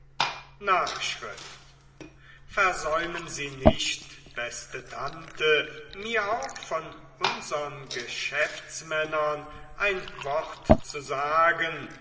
nachschrift versäumen sie nicht beste tante mir auch von unsern geschäftsmännern ein wort zu sagen